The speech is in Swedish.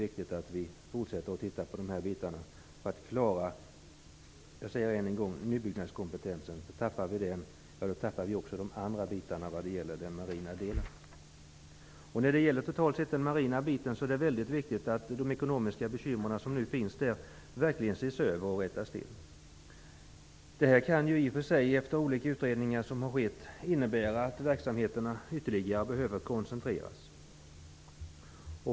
Vi bör fortsätta att se på dessa delar för att klara nybyggnadskompetensen. Om vi tappar den, tappar vi också de andra bitarna när det gäller marinen. Det är väldigt viktigt att de ekonomiska bekymmer som finns inom marinen verkligen ses över och rättas till. Efter de olika utredningar som har gjorts kan detta innebära att verksamheterna ytterligare behöver koncentreras.